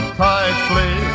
tightly